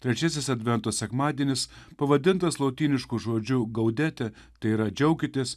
trečiasis advento sekmadienis pavadintas lotynišku žodžiu gaudete tai yra džiaukitės